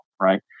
right